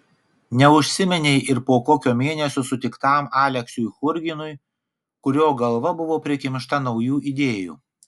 neužsiminei ir po kokio mėnesio sutiktam aleksiui churginui kurio galva buvo prikimšta naujų idėjų